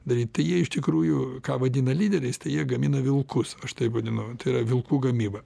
daryt jie iš tikrųjų ką vadina lyderiais tai jie gamina vilkus aš taip vadinu tai yra vilkų gamyba